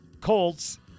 Colts